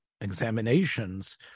examinations